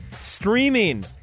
streaming